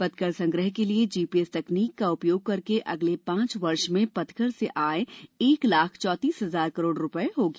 पथकर संग्रह के लिए जीपीएस तकनीक का उपयोग करके अगले पांच वर्ष में पथकर से आय एक लाख चौंतीस हजार करोड रुपये होगी